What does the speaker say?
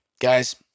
guys